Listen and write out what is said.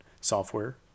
software